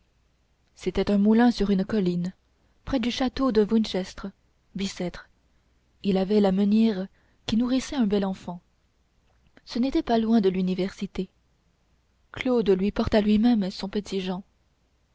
c'était un moulin sur une colline près du château de winchestre bicêtre il y avait la meunière qui nourrissait un bel enfant ce n'était pas loin de l'université claude lui porta lui-même son petit jehan